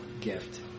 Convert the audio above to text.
gift